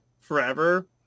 forever